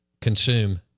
consume